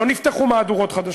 לא נפתחו מהדורות חדשות.